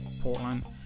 Portland